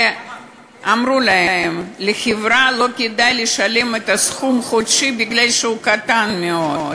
אמרו להם: לחברה לא כדאי לשלם את הסכום החודשי מפני שהוא קטן מאוד,